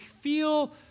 feel